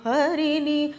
Harini